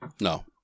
no